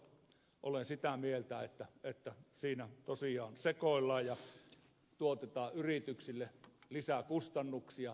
olen sitä mieltä että siinä tosiaan sekoillaan ja tuotetaan yrityksille lisää kustannuksia